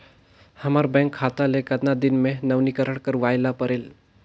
हमर बैंक खाता ले कतना दिन मे नवीनीकरण करवाय ला परेल?